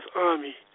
army